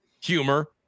humor